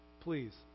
Please